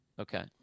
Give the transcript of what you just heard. Okay